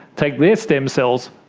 take their stem cells,